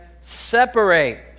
separate